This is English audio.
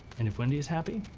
and if wendy is happy.